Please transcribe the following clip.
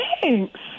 thanks